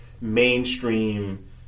mainstream